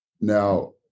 now